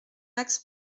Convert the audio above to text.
max